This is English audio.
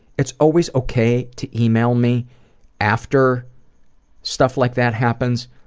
it's always okay to email me after stuff like that happens,